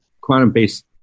quantum-based